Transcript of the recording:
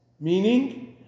meaning